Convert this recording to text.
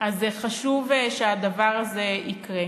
חשוב שהדבר הזה יקרה.